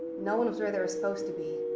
no one was where they were supposed to be.